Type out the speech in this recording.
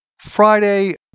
Friday